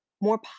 more